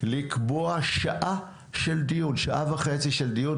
לקבוע שעה וחצי של דיון,